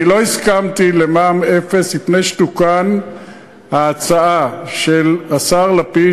אני לא הסכמתי למע"מ אפס לפני שתוקנה ההצעה של השר לפיד,